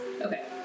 Okay